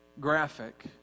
graphic